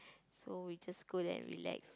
so you just go and relax